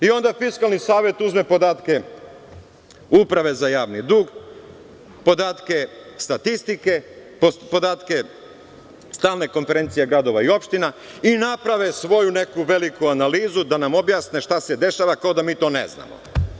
I onda Fiskalni savet uzme podatke Uprave za javni dug, podatke statistike, podatke Stalne konferencije gradova i opština i naprave svoju neku veliku analizu da nam objasne šta se dešava, ko da mi to ne znamo.